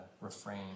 refrain